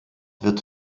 wird